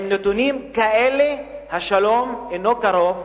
עם נתונים כאלה השלום אינו קרוב.